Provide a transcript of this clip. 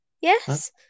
Yes